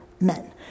men